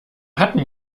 hatten